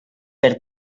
per